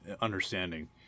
understanding